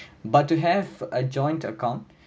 but to have a joint account